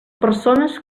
persones